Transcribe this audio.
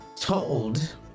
told